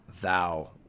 thou